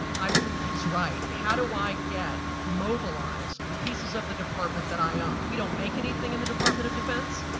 i believe he's right. how do i get mobilized the pieces of the department that i own? we don't make anything in the department of defense.